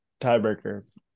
tiebreaker